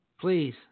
Please